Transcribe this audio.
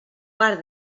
part